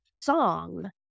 song